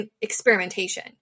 experimentation